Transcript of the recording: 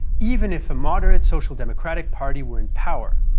even if a moderate social democratic party were in power.